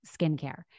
skincare